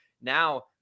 Now